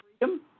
freedom